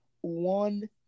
One